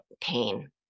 pain